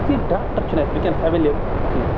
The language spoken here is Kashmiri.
کہِ ڈاکٹر چھُنہٕ اَسہِ وٕنۍکٮ۪نس اٮ۪ولیبٕل کیٚنٛہہ